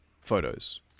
photos